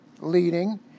leading